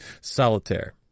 solitaire